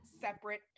separate